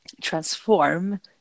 transform